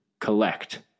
collect